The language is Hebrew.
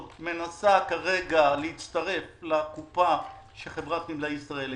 מנסה כרגע להצטרף לקופה שחברת נמלי ישראל הקימה.